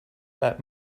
that